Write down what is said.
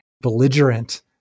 belligerent